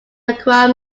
acquire